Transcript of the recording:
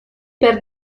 per